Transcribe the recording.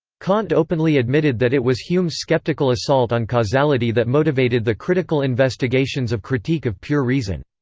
kant openly admitted that it was hume's skeptical assault on causality that motivated the critical investigations of critique of pure reason.